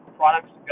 products